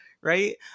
right